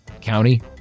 county